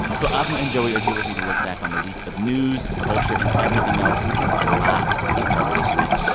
so asma and joey are here with me to look back on the week of news, culture and everything else. we have a lot to cover this week.